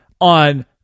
on